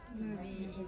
movie